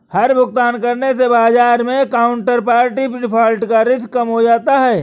हर भुगतान करने से बाजार मै काउन्टरपार्टी डिफ़ॉल्ट का रिस्क कम हो जाता है